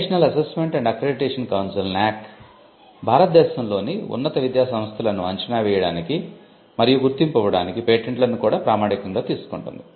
national assessment and accreditation council భారతదేశంలోని ఉన్నత విద్యా సంస్థలను అంచనా వేయడానికి మరియు గుర్తింపు ఇవ్వడానికి పేటెంట్లను కూడా ప్రామాణికంగా తీసుకుంటుంది